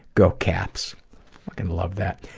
go caps. fuckin' love that.